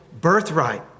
birthright